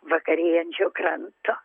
vakarėjančio kranto